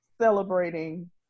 celebrating